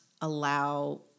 allow